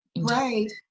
Right